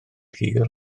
hir